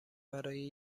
برای